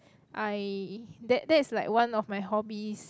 I that that is like one of my hobbies